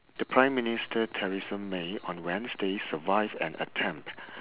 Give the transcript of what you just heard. the prime minister theresa may on wednesday survived an attempt